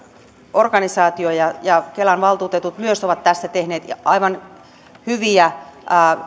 organisaatio ja ja kelan valtuutetut myös ovat tästä tehneet aivan hyviä